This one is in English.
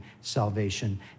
salvation